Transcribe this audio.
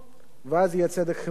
ואז יהיה צדק חברתי".